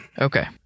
Okay